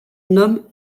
nomme